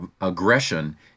Aggression